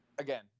Again